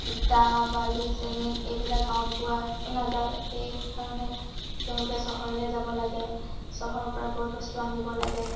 ইটা বালি চিমেণ্ট এইবিলাক গাঁৱত পোৱা নাযায় সেইকাৰণে তেওঁলোকে চহৰলৈ যাব লাগে চহৰৰপৰা বয়বস্তু আনিব লাগে